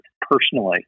personally